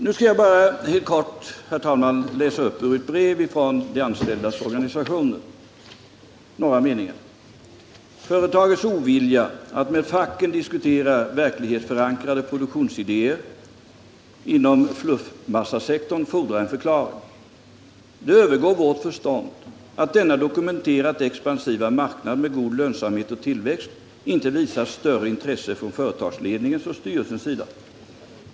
Nu skall jag bara, herr talman, läsa några meningar ur ett brev från de anställdas organisationer: ”Företagets ovilja att med facken diskutera verklighetsförankrade produktionsidéer inom fluffmassasektorn fordrar en förklaring. Det övergår vårt förstånd, att denna dokumenterat expansiva marknad med god lönsamhet och tillväxt, inte visats större intresse från företagsledningens och styrelsens sida.